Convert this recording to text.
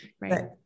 right